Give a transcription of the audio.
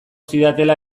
zidatela